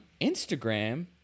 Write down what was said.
Instagram